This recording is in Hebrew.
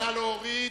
עזרא,